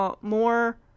more